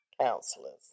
counselors